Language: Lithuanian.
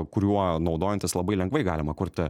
kuriuo naudojantis labai lengvai galima kurti